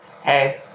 Hey